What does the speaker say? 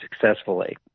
successfully